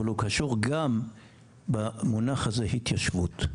אבל הוא קשור גם במונח הזה התיישבות.